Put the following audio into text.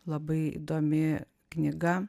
labai įdomi knyga